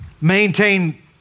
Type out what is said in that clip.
maintain